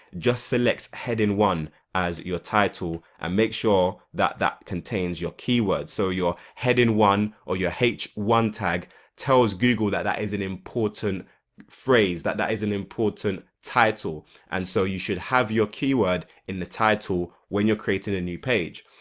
just select heading one as your title and make sure that that contains your keywords. so your heading one or your h one tag tells google that that is an important phrase that that is an important title and so you should have your keyword in the title when you're creating a new page.